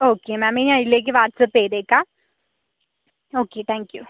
okay ma'am ഇനി അതിലേക്ക് WhatsApp ചെയ്തേക്കാം ഓക്കെ താങ്ക്യൂ